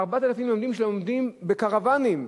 שלומדים בקרוונים,